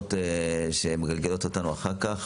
בערכאות שמגלגלות אותנו אחר כך,